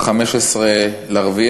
ב-15 באפריל,